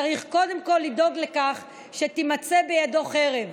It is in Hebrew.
צריך קודם כל לדאוג לכך שתימצא בידו חרב.